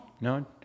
No